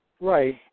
Right